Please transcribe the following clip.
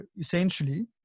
essentially